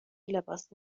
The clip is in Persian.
لباس